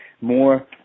more